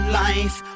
life